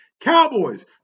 Cowboys